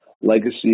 legacy